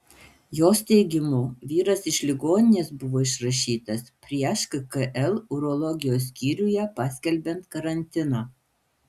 jos teigimu vyras iš ligoninės buvo išrašytas prieš kkl urologijos skyriuje paskelbiant karantiną